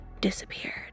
disappeared